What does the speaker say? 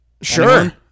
Sure